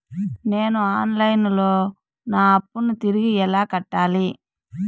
నేను online లో నా అప్పును తిరిగి ఎలా కట్టాలి?